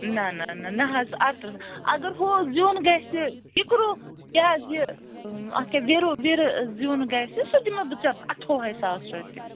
نہَ نہَ نہَ حظ اَرترٕٛہ نہٕ اگر ہُہ زیُن گَژھِ کِکروٗ یہِ حظ یہِ اَتھ کیٛاہ وِرِو وِِرِ زیُن گَژھِ سُہ دِمے بہٕ ژےٚ اَٹھووُہے ساس رۄپیہِ